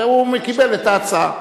הוא קיבל את ההצעה.